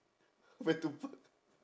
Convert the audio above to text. where to put